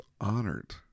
honored